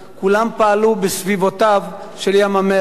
כולם פעלו בסביבותיו של ים-המלח,